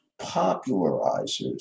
popularizers